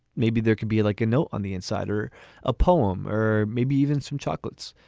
maybe there could be like a note on the inside or a poem, or maybe even some chocolates.